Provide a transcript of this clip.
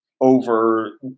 over